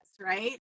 Right